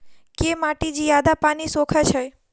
केँ माटि जियादा पानि सोखय छै?